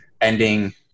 ending